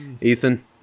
Ethan